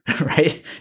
right